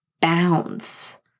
bounds